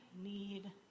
need